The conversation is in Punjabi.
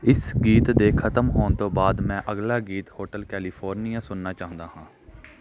ਇਸ ਗੀਤ ਦੇ ਖ਼ਤਮ ਹੋਣ ਤੋਂ ਬਾਅਦ ਮੈਂ ਅਗਲਾ ਗੀਤ ਹੋਟਲ ਕੈਲੀਫੋਰਨੀਆ ਸੁਣਨਾ ਚਾਹੁੰਦਾ ਹਾਂ